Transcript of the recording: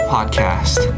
Podcast